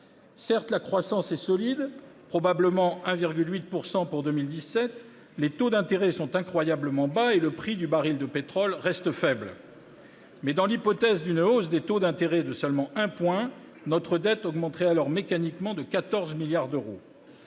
Certes, la croissance est solide- probablement 1,8 % pour 2017 -, les taux d'intérêt sont incroyablement bas et le prix du baril de pétrole reste faible. Cependant, nous devons garder à l'esprit que, dans l'hypothèse d'une hausse des taux d'intérêt de seulement 1 point, notre dette augmenterait mécaniquement de 14 milliards d'euros.